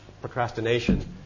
procrastination